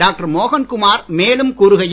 doctor மோகன் குமார் மேலும் கூறுகையில்